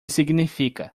significa